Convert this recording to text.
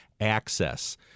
access